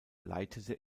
leitete